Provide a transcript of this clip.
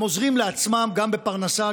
הם עוזרים לעצמם גם בפרנסה,